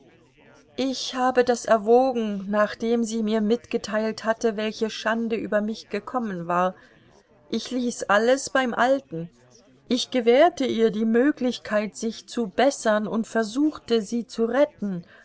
ich habe das erwogen nachdem sie mir mitgeteilt hatte welche schande über mich gekommen war ich ließ alles beim alten ich gewährte ihr die möglichkeit sich zu bessern und versuchte sie zu retten